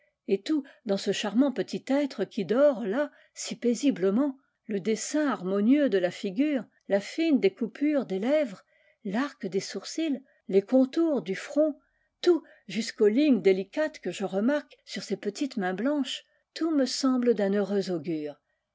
et tout dans ce charmant petit être qui dort là si paisiblement le dessin harmonieux de la figure la fine découpure des lèvres l'arc des sourcils les contours du front tout jusqu'aux lignes délicates que je remarque sur ses petites mains blanches tout me semble d'un heureux augure